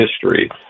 history